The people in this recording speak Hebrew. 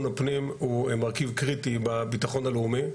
הפנים הוא מרכיב קריטי בביטחון הלאומי.